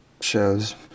shows